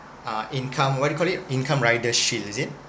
uh income what you call it income rider shield is it